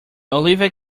olivia